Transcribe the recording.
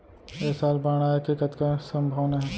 ऐ साल बाढ़ आय के कतका संभावना हे?